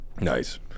Nice